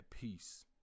peace